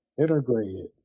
integrated